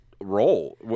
Role